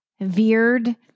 veered